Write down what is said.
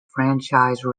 franchise